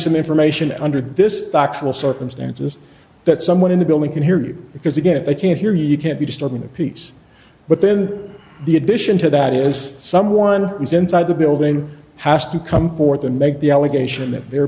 some information under this doctoral circumstances that someone in the building can hear you because again they can't hear you can't be disturbing the peace but then the addition to that is someone who's inside the building has to come forth and make the allegation th